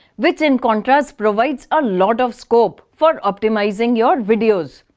which in contrast provides a lot of scopes for optimizing your videos.